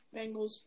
Bengals